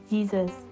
Jesus